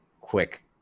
quick